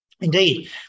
Indeed